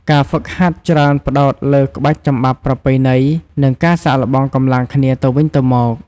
ការហ្វឹកហាត់ច្រើនផ្ដោតលើក្បាច់ចំបាប់ប្រពៃណី និងការសាកល្បងកម្លាំងគ្នាទៅវិញទៅមក។